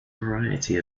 variety